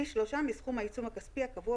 פי שלושה מסכום העיצום הכספי הקבוע